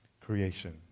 Creation